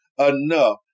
enough